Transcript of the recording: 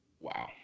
Wow